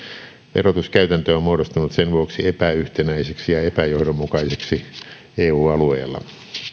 verotuskäytäntö on muodostunut sen vuoksi epäyhtenäiseksi ja epäjohdonmukaiseksi eu alueella